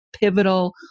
pivotal